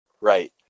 right